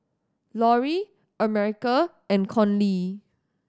Loree America and Conley